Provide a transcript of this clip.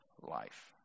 life